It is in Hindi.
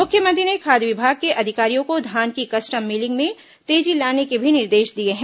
मुख्यमंत्री ने खाद्य विभाग के अधिकारियों को धान की कस्टम मिलिंग में तेजी लाने के भी निर्देश दिए है